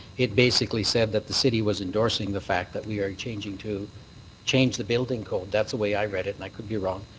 it basically said that the city was endorsing the fact that we are changing to change the building code. that's the way i read it, and i could be wrong,